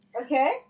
Okay